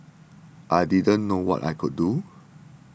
I didn't know what I could do